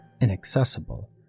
inaccessible